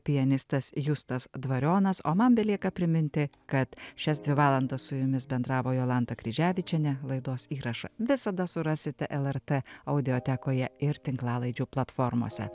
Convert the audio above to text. pianistas justas dvarionas o man belieka priminti kad šias dvi valandas su jumis bendravo jolanta kryževičienė laidos įrašą visada surasite lrt audiotekoje ir tinklalaidžių platformose